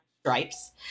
stripes